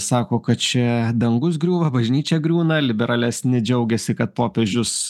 sako kad čia dangus griūva bažnyčia griūna liberalesni džiaugiasi kad popiežius